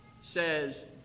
says